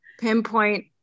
pinpoint